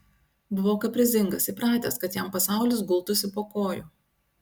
buvo kaprizingas įpratęs kad jam pasaulis gultųsi po kojų